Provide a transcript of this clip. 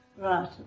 Right